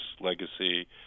legacy